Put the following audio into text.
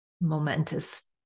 momentous